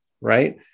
right